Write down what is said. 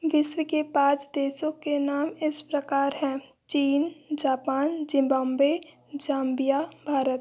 विश्व के पाँच देशों के नाम इस प्रकार हैं चीन जापान जिंबॉब्वे जांबिया भारत